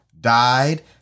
died